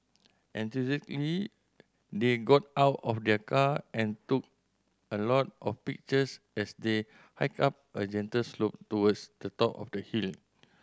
they got out of their car and took a lot of pictures as they hiked up a gentle slope towards the top of the hill